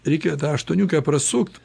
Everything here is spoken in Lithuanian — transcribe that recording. reikia tą aštuoniukę prasukt